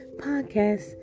podcast